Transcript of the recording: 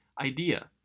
idea